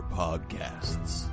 podcasts